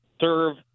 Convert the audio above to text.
serve